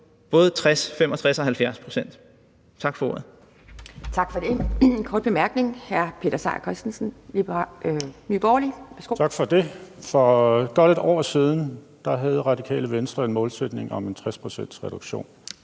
både 60, 65 og 70 pct. Tak for ordet.